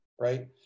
right